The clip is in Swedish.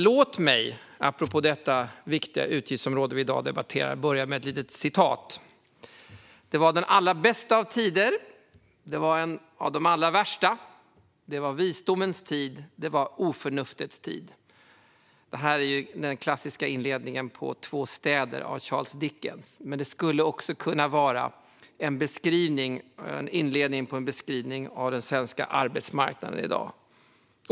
Låt mig apropå det viktiga utgiftsområde vi nu debatterar inleda med ett litet citat: "Det var den allra bästa av tider och det var den allra värsta. Det var visdomens tid, det var oförnuftets tid." Detta är den klassiska inledningen på Två städer av Charles Dickens. Men det skulle också kunna vara en inledning på en beskrivning av den svenska arbetsmarknaden i dag.